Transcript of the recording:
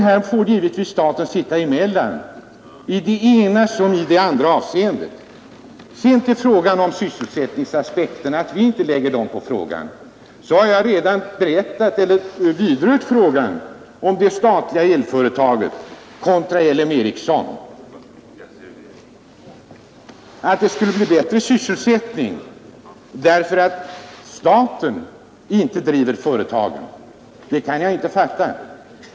Här får givetvis staten sitta emellan i det ena som i det andra avseendet. Här i debatten har det sagts att vi inte lägger sysselsättningsaspekter på problemet. Jag har redan vidrört frågan om det statliga elföretaget kontra LM Ericsson. Att det skulle bli bättre sysselsättning därför att staten inte driver företagen kan jag inte fatta.